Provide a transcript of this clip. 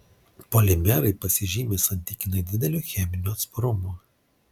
polimerai pasižymi santykinai dideliu cheminiu atsparumu